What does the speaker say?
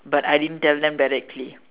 but I didn't tell them directly